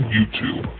YouTube